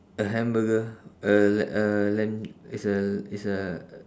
a hamburger a l~ a lamb it's a it's a